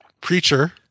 Preacher